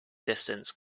distance